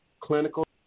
clinical